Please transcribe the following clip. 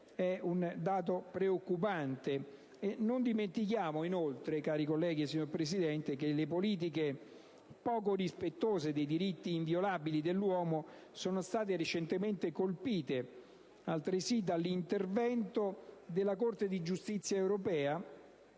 è un dato preoccupante. Signor Presidente, cari colleghi, non dimentichiamo inoltre che le politiche poco rispettose dei diritti inviolabili dell'uomo sono state recentemente colpite altresì dall'intervento della Corte di giustizia europea